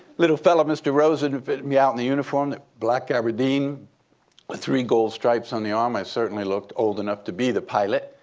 little fella, mr. rosen fitted me out in the uniform, black aberdeen with three gold stripes on the arm. i certainly looked old enough to be the pilot.